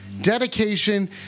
dedication